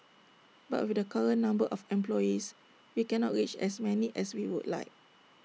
but with the current number of employees we cannot reach as many as we would like